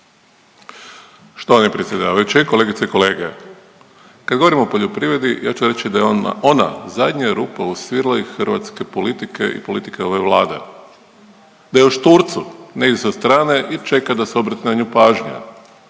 Štovani predsjedavajući, kolegice i kolege. Kad govorimo o poljoprivredi ja ću reći da je ona zadnja rupa u svirali hrvatske politike i politike ove Vlade, da je u šturcu negdje sa strane i čeka da se obrati na nju pažnja